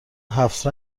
هفت